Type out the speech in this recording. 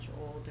older